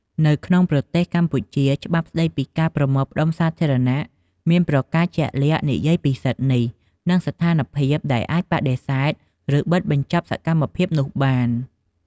នៅក្នុងប្រទេសកម្ពុជា ច្បាប់ស្តីពីការប្រមូលផ្ដុំសាធារណៈ មានប្រការជាក់លាក់និយាយពីសិទ្ធិនេះ និងស្ថានភាពដែលអាចបដិសេធ ឬ បិទបញ្ចប់សកម្មភាពនោះបាន។